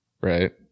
right